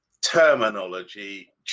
terminology